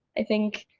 i think